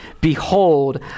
Behold